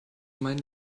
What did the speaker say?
meinen